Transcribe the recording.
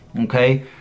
okay